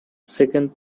second